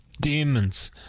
demons